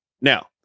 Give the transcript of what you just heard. now